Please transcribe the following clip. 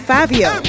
Fabio